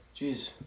Jeez